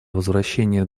возвращение